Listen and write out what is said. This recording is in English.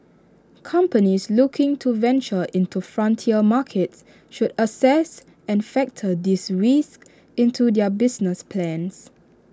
companies looking to venture into frontier markets should assess and factor these risks into their business plans